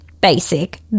basic